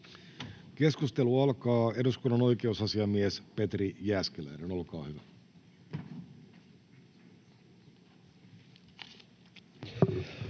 Keskustelu alkaa. Eduskunnan oikeusasiamies Petri Jääskeläinen, olkaa hyvä.